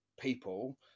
people